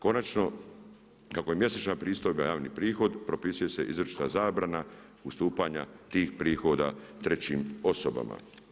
Konačno, kako je mjesečna pristojba javni prihod, propisuje se izričita zabrana ustupanja tih prihoda trećim osobama.